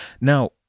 Now